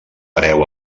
hereu